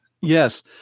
Yes